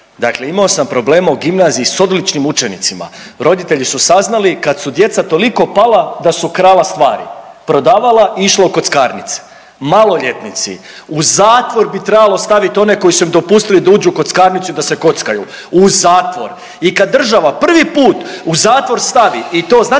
Dakle, imao sam problema u gimnaziji sa odličnim učenicima. Roditelji su saznali kad su djeca toliko pala da su krala stvari, prodavala i išlo u kockarnice. Mololjetnici u zatvor bi trebalo staviti one koji su im dopustili da uđu u kockarnicu i da se kockaju. U zatvor. I kad država prvi put u zatvor stavi i to znate